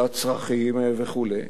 לצרכים וכו'.